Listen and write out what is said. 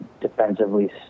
defensively